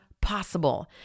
possible